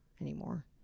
anymore